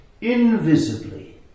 invisibly